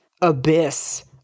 abyss